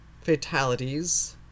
fatalities